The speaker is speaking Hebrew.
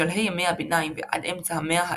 משלהי ימי הביניים ועד אמצע המאה ה-20,